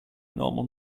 normal